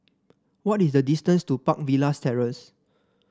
what is the distance to Park Villas Terrace